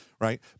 right